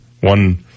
One